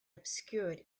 obscured